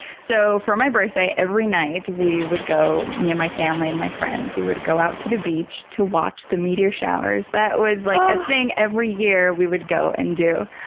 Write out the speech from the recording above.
so for my birthday every night we would go, me and my family and my friends, we would go out to the beach to watch the meteor showers. that was like a thing every year we would go and do.